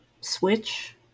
Switch